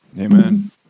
Amen